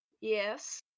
Yes